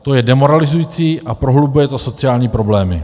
To je demoralizující a prohlubuje to sociální problémy.